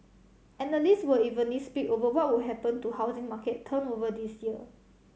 analysts were evenly split over what would happen to housing market turnover this year